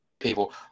people